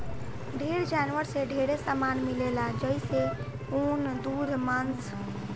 ढेर जानवर से ढेरे सामान मिलेला जइसे ऊन, दूध मांस